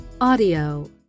audio